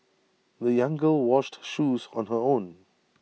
the young girl washed her shoes on her own